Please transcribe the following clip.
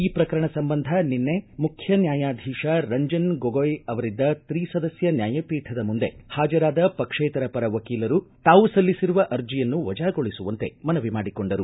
ಈ ಪ್ರಕರಣ ಸಂಬಂಧ ನಿನ್ನೆ ಮುಖ್ಯ ನ್ಯಾಯಾಧೀಶ ರಂಜನ್ ಗೋಗೊಯ್ ಅವರಿದ್ದ ತ್ರಿ ಸದಸ್ಕ ನ್ಯಾಯಪೀಠದ ಮುಂದೆ ಹಾಜರಾದ ಪಕ್ಷೇತರ ಪರ ವಕೀಲರು ತಾವು ಸಲ್ಲಿಸಿರುವ ಅರ್ಜಿಯನ್ನು ವಜಾಗೊಳಿಸುವಂತೆ ಮನವಿ ಮಾಡಿಕೊಂಡರು